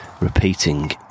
repeating